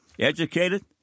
Educated